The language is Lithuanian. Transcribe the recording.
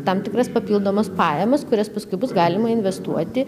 tam tikras papildomas pajamas kurias paskui bus galima investuoti